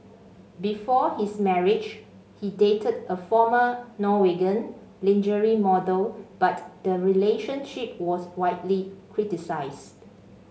before his marriage he dated a former Norwegian lingerie model but the relationship was widely criticised